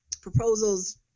proposals